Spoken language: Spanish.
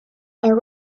and